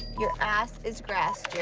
your ass is grass yeah